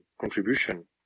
contribution